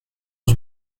was